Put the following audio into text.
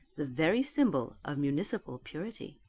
the very symbol of municipal purity.